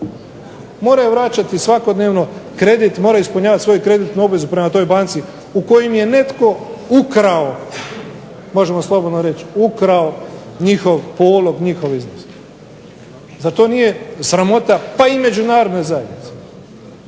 moraju vraćati svakodnevno kredit, moraju ispunjavati svoju kreditnu obvezu prema toj banci u kojoj im je netko ukrao, možemo slobodno reći, ukrao njihov polog, njihov iznos. Zar to nije sramota, pa i međunarodne zajednice